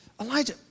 Elijah